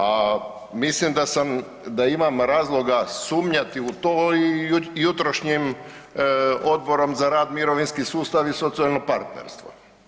A mislim da sam, da imam razloga sumnjati u to i jutrošnjim Odborom za rad, mirovinski sustav i socijalno partnerstvo.